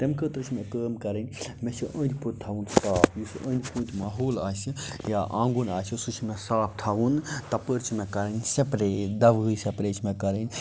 تمہِ خٲطرٕ چھِ مےٚ کٲم کَرٕنۍ مےٚ چھُ أنٛدۍ پوٚت تھاوُن صاف یُس أنٛدۍ پوٚت ماحول آسہِ یا آنٛگُن آسہِ سُہ چھُ مےٚ صاف تھاوُن تَپٲرۍ چھِ مےٚ کَرٕنۍ سپرے دَوہٕچ سپرے چھِ مےٚ کَرٕنۍ